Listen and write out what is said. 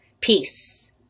Peace